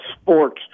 sports